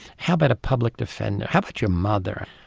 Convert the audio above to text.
how about a public defender, how about your mother.